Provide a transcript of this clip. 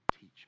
teach